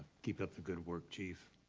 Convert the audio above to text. keep up the good work, chief.